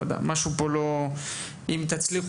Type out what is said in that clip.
אם אתם,